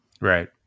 Right